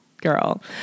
girl